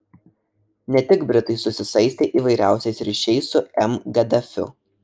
ne tik britai susisaistė įvairiausiais ryšiais su m gaddafiu